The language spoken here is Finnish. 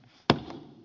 lapintietä